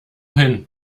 hin